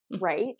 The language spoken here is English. right